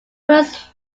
was